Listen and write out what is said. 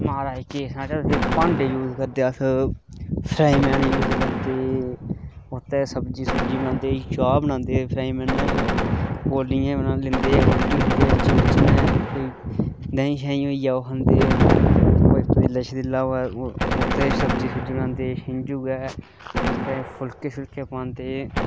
महाराज केह् साढै भांडे यूज़ करदे फ्राईपैन यूज़ करदे उसदै च सब्जी चा छा बनांदे रूट्टी खंदे चिमचे नै कोई देहीं शेहीं होईया ओह् खंदे कोई पतीला शतीला होए ओह्दे च सब्जी शब्जी बनांदे उसदे च फुलके शुलके बनांदे